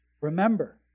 Remember